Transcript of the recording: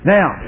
Now